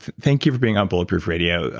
thank you for being on bulletproof radio.